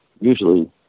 Usually